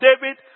David